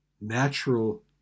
natural